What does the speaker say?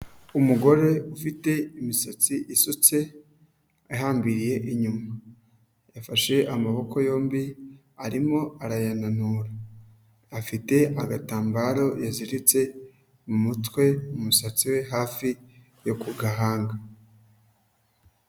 Umugore ufite imisatsi isutse ihambiriye inyuma, yafashe amaboko yombi arimo arayananura, afite agatambaro yaziritse mu mutwe, mu musatsi we hafi yo ku gahanga.